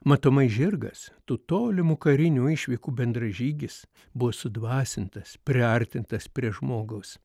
matomai žirgas tų tolimų karinių išvykų bendražygis buvo sudvasintas priartintas prie žmogaus